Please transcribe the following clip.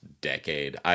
decade